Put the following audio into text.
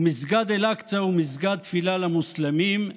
ומסגד אל-אקצא הוא מסגד תפילה למוסלמים.